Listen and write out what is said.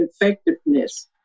effectiveness